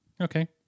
Okay